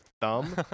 thumb